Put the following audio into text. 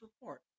report